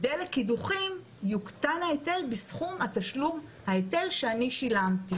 מדלק קידוחים יוקטן ההיטל בסכום תשלום ההיטל שאני שילמתי,